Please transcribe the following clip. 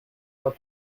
pas